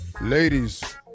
Ladies